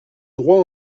droit